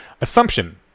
assumption